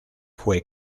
fue